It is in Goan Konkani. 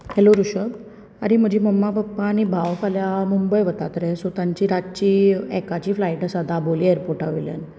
हॅलो ऋषभ आरे म्हजी मम्मा पप्पा आनी भाव फाल्यां मुंबय वतात रे सो तांची रातची एकाची फ्लायट आसा दाबोळी एयरपोर्टा वयल्यान